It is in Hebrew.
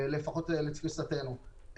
לפחות לתפיסתנו.